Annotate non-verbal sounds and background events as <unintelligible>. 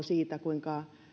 <unintelligible> siitä kuinka